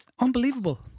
unbelievable